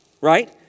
Right